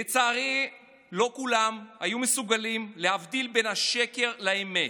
לצערי, לא כולם היו מסוגלים להבדיל בין השקר לאמת.